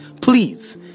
please